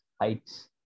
heights